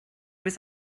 was